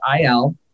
IL